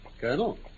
Colonel